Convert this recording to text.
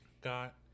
got